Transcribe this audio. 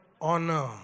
honor